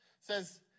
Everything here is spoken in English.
Says